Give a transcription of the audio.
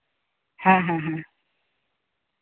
ᱦᱮᱸ ᱦᱮᱸ ᱦᱮᱸ